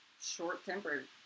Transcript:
short-tempered